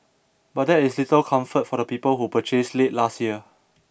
but that is little comfort for the people who purchased late last year